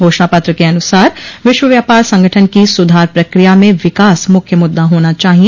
घोषणा पत्र के अनुसार विश्व व्यापार संगठन की सुधार प्रक्रिया में विकास मुख्य मुद्दा होना चाहिए